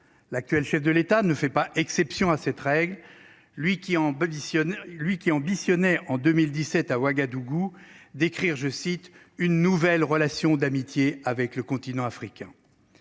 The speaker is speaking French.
L'actuel chef de l'État ne fait pas exception à cette règle. Lui qui, en policier lui qui ambitionnait en 2017 à Ouagadougou d'écrire, je cite, une nouvelle relation d'amitié avec le continent africain.